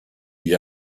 gli